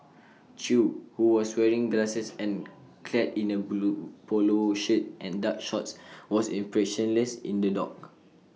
chew who was wearing glasses and clad in A blue Polo shirt and dark shorts was expressionless in the dock